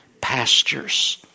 pastures